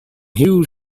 huge